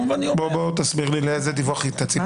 ואני אומר --- בוא תסביר לי לאיזה דיווח אתה ציפית.